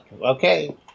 Okay